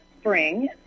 spring